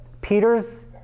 Peter's